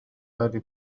آلي